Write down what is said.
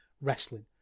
wrestling